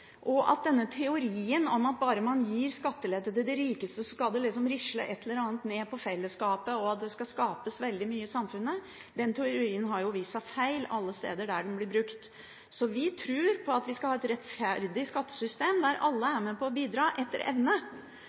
Denne teorien om at bare man gir skattelette til de rikeste skal det liksom risle et eller annet ned på fellesskapet og skapes veldig mye i samfunnet, har vist seg å være feil alle steder der den blir brukt. Så vi tror på at vi skal ha et rettferdig skattesystem der alle er med på å bidra etter evne,